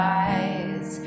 eyes